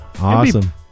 Awesome